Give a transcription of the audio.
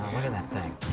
that thing.